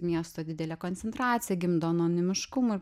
miesto didelė koncentracija gimdo anonimiškumą ir